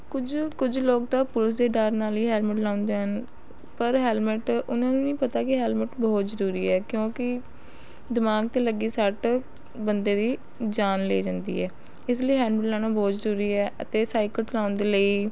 ਕੁਝ ਕੁਝ ਲੋਕ ਤਾਂ ਪੁਲਿਸ ਦੇ ਡਰ ਨਾਲ ਹੀ ਹੈਲਮੈਟ ਲਾਉਂਦੇ ਹਨ ਪਰ ਹੈਲਮੈਟ ਉਹਨਾਂ ਨੂੰ ਨਹੀਂ ਪਤਾ ਕਿ ਹੈਲਮੈਟ ਬਹੁਤ ਜ਼ਰੂਰੀ ਹੈ ਕਿਉਂਕਿ ਦਿਮਾਗ 'ਤੇ ਲੱਗੀ ਸੱਟ ਬੰਦੇ ਦੀ ਜਾਨ ਲੈ ਜਾਂਦੀ ਏ ਇਸ ਲਈ ਹੈਲਮੈਟ ਲਾਉਣਾ ਬਹੁਤ ਜ਼ਰੂਰੀ ਏ ਅਤੇ ਸਾਈਕਲ ਚਲਾਉਣ ਦੇ ਲਈ